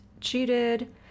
cheated